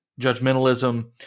judgmentalism